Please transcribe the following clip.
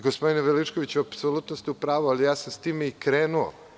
Gospodine Veličkoviću, apsolutno ste u pravu, ja sam s time i krenuo.